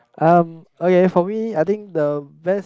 um okay for me I think the best